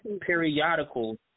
periodicals